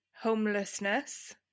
homelessness